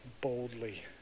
boldly